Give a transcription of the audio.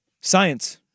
science